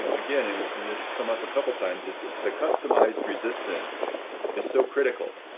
again, and it's come up a couple times, is the customized resistance is so critical.